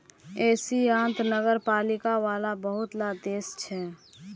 एशियात नगरपालिका वाला बहुत ला देश छे